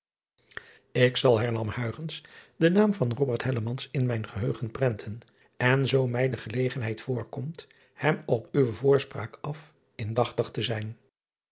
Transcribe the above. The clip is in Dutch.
k zal hernam den naam van in mijn geheugen prenten en zoo mij de gelegenheid voorkomt hem op uwe voorspraak af indachtig zijn